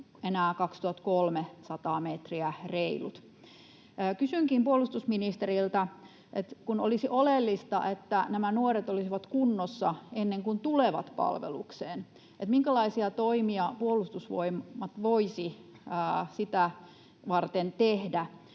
2 300 metriä. Kysynkin puolustusministeriltä: kun olisi oleellista, että nämä nuoret olisivat kunnossa ennen kuin tulevat palvelukseen, niin minkälaisia toimia Puolustusvoimat voisi sitä varten tehdä?